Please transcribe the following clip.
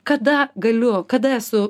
kada galiu kada esu